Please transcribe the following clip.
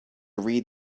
read